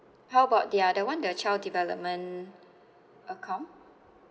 how about the other one the child development account